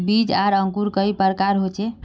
बीज आर अंकूर कई प्रकार होचे?